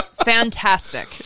Fantastic